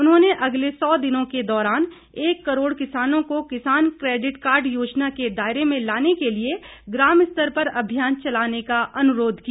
उन्होंने अगले सौ दिनों के दौरान एक करोड़ किसानों को किसान क्रेडिट कार्ड योजना के दायरे में लाने के लिए ग्रामस्तर पर अभियान चलाने का अनुरोध किया